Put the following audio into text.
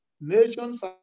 Nations